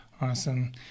Awesome